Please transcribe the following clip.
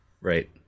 Right